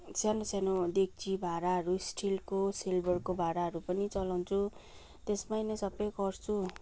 सानो सानो डेक्ची भाँडाहरू स्टिलको सिल्भरको भाँडाहरू पनि चलाउँछु त्यसमा नै सबै गर्छु